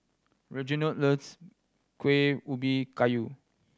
Reginald loves Kuih Ubi Kayu